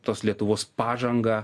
tos lietuvos pažangą